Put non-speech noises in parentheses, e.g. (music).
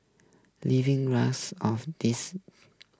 living (unintelligible) of these